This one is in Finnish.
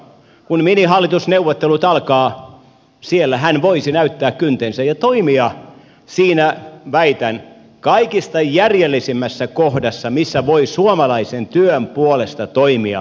kun minihallitusneuvottelut alkavat siellä hän voisi näyttää kyntensä ja toimia siinä väitän kaikista järjellisimmässä kohdassa missä voi suomalaisen työn puolesta toimia